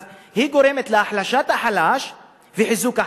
זה גורם להחלשת החלש וחיזוק החזק.